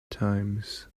times